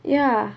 ya